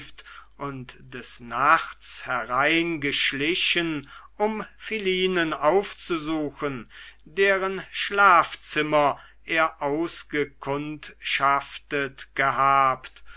und des nachts hereingeschlichen um philinen aufzusuchen deren schlafzimmer er ausgekundschaftet gehabt